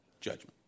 judgment